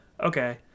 okay